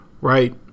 right